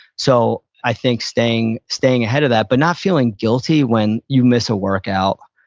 so, i think staying staying ahead of that, but not feeling guilty when you miss a workout.